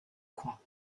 coin